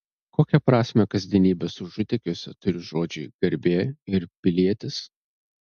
kokią prasmę kasdienybės užutėkiuose turi žodžiai garbė ir pilietis